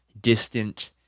distant